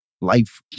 life